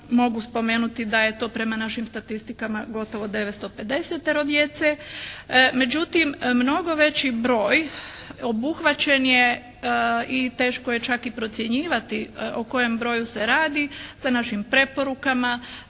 mogu spomenuti da je to prema našim statistikama gotovo 950.-ero djece. Međutim, mnogo veći broj obuhvaćen je i teško je čak i procjenjivati o kojem broju se radi sa našim preporukama,